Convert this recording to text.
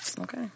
okay